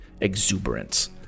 exuberance